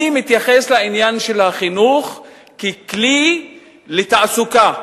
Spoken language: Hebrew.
אני מתייחס לעניין של החינוך ככלי לתעסוקה,